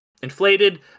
inflated